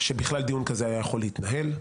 שבכלל דיון כזה היה יכול להתנהל,